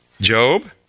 Job